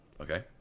Okay